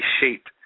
shaped